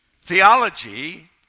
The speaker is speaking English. theology